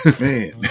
Man